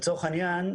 לצורך העניין,